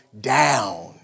down